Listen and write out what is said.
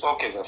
Okay